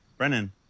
Brennan